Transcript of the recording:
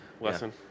lesson